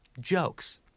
jokes